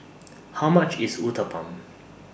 How much IS Uthapam